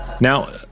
Now—